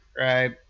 right